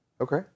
Okay